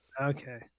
okay